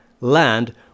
land